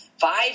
five